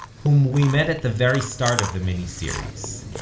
whom we met at the very start of the miniseries,